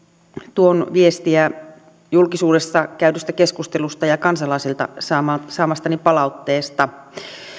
tuon viestiä julkisuudessa käydystä keskustelusta ja kansalaisilta saamastani palautteesta